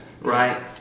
right